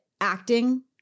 acting